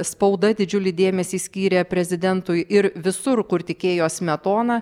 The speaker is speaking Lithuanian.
spauda didžiulį dėmesį skyrė prezidentui ir visur kur tik ėjo smetona